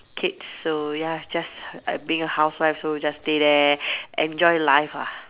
kids so ya just I being a housewife so just stay there enjoy life ah